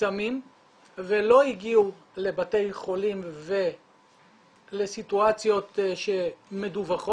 מסמים ולא הגיעו לבתי חולים ולסיטואציות מדווחות.